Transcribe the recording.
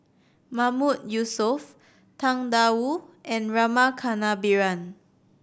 Mahmood Yusof Tang Da Wu and Rama Kannabiran